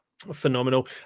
phenomenal